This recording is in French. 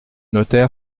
notaire